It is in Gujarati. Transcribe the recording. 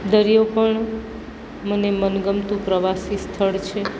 દરિયો પણ મને મનગમતું પ્રવાસી સ્થળ છે